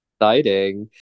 Exciting